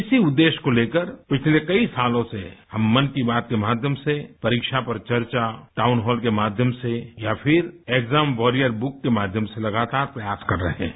इसी उदेश्य को लेकर पिछले कई सालों से हम मन की बात के माध्यम से परीक्षा पर चर्चा टाउनहॉल के माध्यम से या फिर एग्जाम वॉरियर बुक के माध्यम से लगातार प्रयास कर रहे हैं